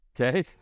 Okay